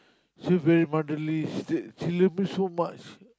she very motherly she say she love me so much